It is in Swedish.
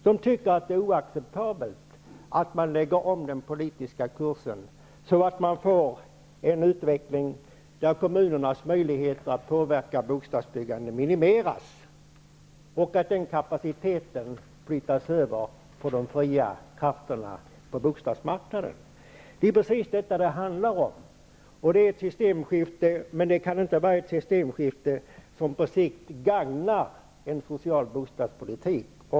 De tycker att det är oacceptabelt att man lägger om den politiska kursen, mot en utveckling där kommunernas möjligheter att påverka bostadsbyggandet minimeras och den kapaciteten flyttas över på de fria krafterna på bostadsmarknaden. Det är precis detta som det handlar om. Det är ett systemskifte, men det gagnar inte på sikt en social bostadspolitik.